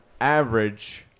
average